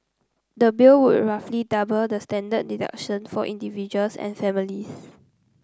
the bill would roughly double the standard deduction for individuals and families